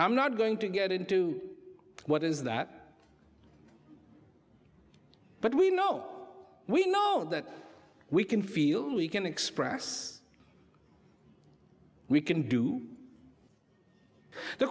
i'm not going to get into what is that but we know we know that we can feel we can express we can do the